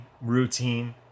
routine